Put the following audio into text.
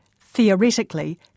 Theoretically